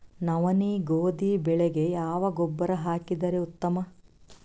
ನವನಿ, ಗೋಧಿ ಬೆಳಿಗ ಯಾವ ಗೊಬ್ಬರ ಹಾಕಿದರ ಉತ್ತಮ?